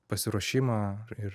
pasiruošimą ir